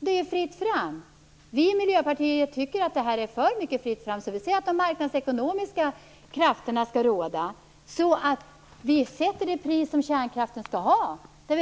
Det är ju fritt fram. Vi i Miljöpartiet tycker att det här är för mycket fritt fram. Vi säger att de marknadsekonomiska krafterna skall råda, för då sätts det pris som kärnkraften skall ha. Om